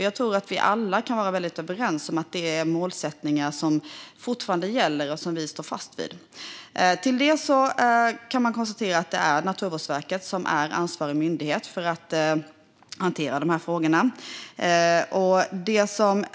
Jag tror att vi alla är överens om att dessa målsättningar fortfarande gäller och att vi står fast vid dem. Ja, Naturvårdsverket är ansvarig myndighet i dessa frågor.